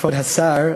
כבוד השר,